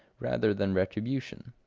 rather than retribution.